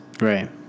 right